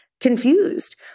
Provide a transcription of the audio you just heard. confused